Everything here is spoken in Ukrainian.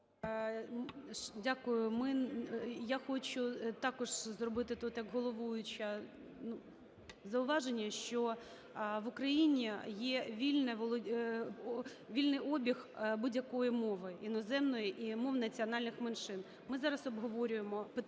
Дякую. Я хочу також зробити тут як головуюча зауваження, що в Україні є вільний обіг будь-якої мови іноземної і мов національних меншин. Ми зараз обговорюємо питання